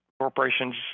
corporation's